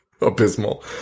abysmal